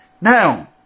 Now